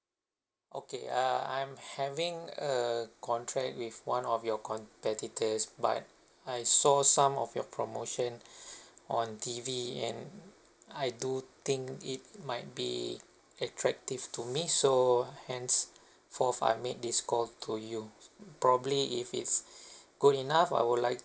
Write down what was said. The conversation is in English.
okay uh I'm having a contract with one of your competitors but I saw some of your promotion on T_V and I do think it might be attractive to me so henceforth I make this call to you probably if it's good enough I would like